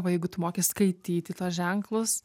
va jeigu tu moki skaityti tuos ženklus